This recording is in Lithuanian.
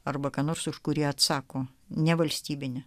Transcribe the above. arba ką nors už kurį atsako nevalstybinį